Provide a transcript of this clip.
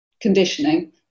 conditioning